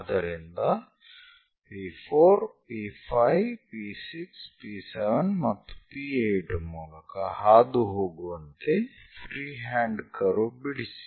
ಆದ್ದರಿಂದ P4 P5 P6 P7 ಮತ್ತು P8 ಮೂಲಕ ಹಾದುಹೋಗುವಂತೆ ಫ್ರೀಹ್ಯಾಂಡ್ ಕರ್ವ್ ಬಿಡಿಸಿ